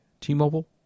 T-Mobile